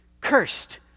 cursed